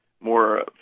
more